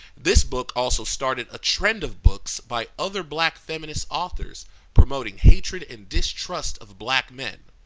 this book also started a trend of books by other black feminist authors promoting hatred and distrust of black men.